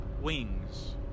wings